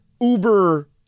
Uber